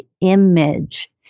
image